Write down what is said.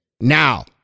Now